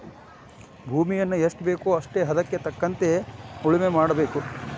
ಭೂಮಿಯನ್ನಾ ಎಷ್ಟಬೇಕೋ ಅಷ್ಟೇ ಹದಕ್ಕ ತಕ್ಕಂಗ ಉಳುಮೆ ಮಾಡಬೇಕ